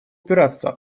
пиратства